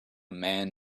man